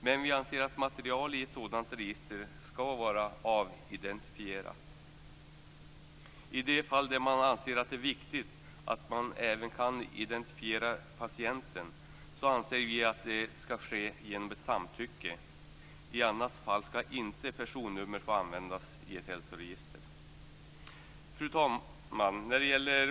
Men vi anser att material i ett sådan register skall vara avidentifierat. I de fall där man anser att det är viktigt att man även kan identifiera patienten anser vi att det skall ske genom ett samtycke, i annat fall skall inte personnummer få användas i ett hälsoregister. Fru talman!